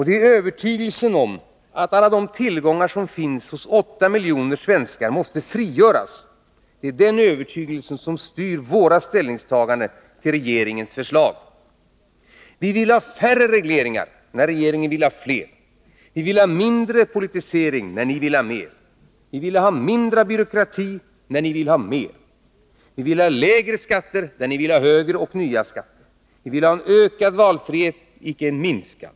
Det är övertygelsen om att alla de tillgångar som finns hos åtta miljoner svenskar och som styr våra ställningstaganden till regeringens förslag måste frigöras. Vi vill ha färre regleringar, när regeringen vill ha fler. Vi vill ha mindre 72 politisering, när ni vill ha mer. Vi vill ha mindre av byråkrati, när ni vill ha mer. Vi vill ha lägre skatter, när ni vill ha högre och nya skatter. Vi vill ha Nr 50 ökad valfrihet, icke en minskad.